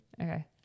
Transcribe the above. Okay